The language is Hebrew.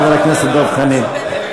חבר הכנסת דב חנין.